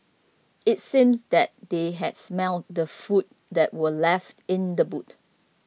it seemed that they had smelt the food that were left in the boot